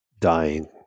dying